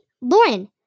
Lauren